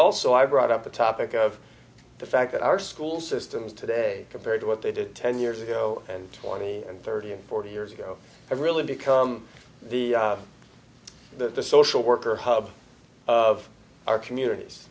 also i brought up the topic of the fact that our school systems today compared to what they did ten years ago and twenty and thirty and forty years ago have really become the the the social worker hub of our communities